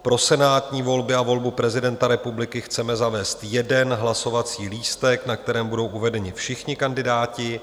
Pro senátní volby a volbu prezidenta republiky chceme zavést jeden hlasovací lístek, na kterém budou uvedeni všichni kandidáti.